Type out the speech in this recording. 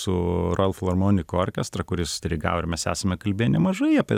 su ural filharmonik orkestra kur jis dirigavo ir mes esam kalbėję nemažai apie